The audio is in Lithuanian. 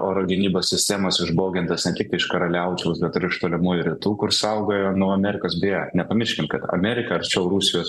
oro gynybos sistemos išbogintas ne tik iš karaliaučiaus bet ir iš tolimųjų rytų kur saugoja nuo amerikos beje nepamirškim kad amerika arčiau rusijos